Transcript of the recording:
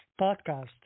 podcast